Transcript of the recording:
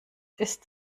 ist